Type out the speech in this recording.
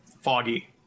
Foggy